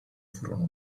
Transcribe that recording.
furono